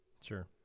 Sure